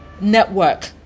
network